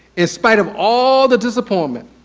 in spite of all the disappointment,